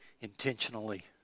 intentionally